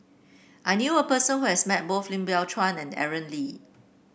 I knew a person who has met both Lim Biow Chuan and Aaron Lee